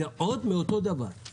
זה עוד מאותו דבר.